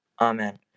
Amen